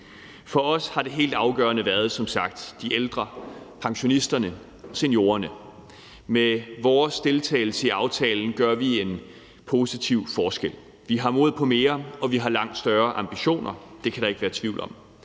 For os har det helt afgørende som sagt været de ældre, pensionisterne og seniorerne. Med vores deltagelse i aftalen gør vi en positiv forskel. Vi har mod på mere, og vi har langt større ambitioner. Det kan der ikke være tvivl om.